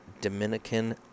Dominican